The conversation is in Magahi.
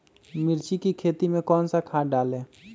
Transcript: मिर्च की खेती में कौन सा खाद डालें?